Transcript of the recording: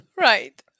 Right